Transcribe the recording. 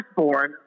firstborn